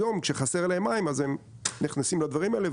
היום כשחסר להם מים אז הם נכנסים לדברים האלה,